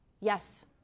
Yes